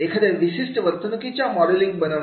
एखाद्या विशिष्ट वर्तणुकीची मॉडलिंग बनवणे